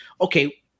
okay